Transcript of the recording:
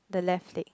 the left leg